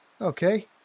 Okay